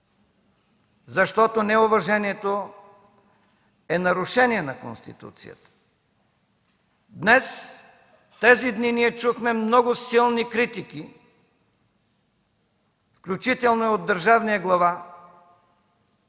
защото неуважението е нарушение на Конституцията. Днес, тези дни, ние чухме много силни критики, включително и от държавния глава,